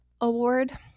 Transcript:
Award